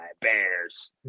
bears